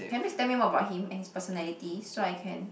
can you please tell me more about him and his personality so I can